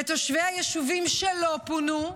של תושבי היישובים שלא פונו,